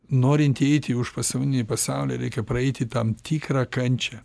norinti įeiti į už pasąmoninį pasaulį reikia praeiti tam tikrą kančią